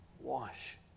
wash